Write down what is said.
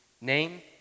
Name